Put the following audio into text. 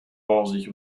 borsig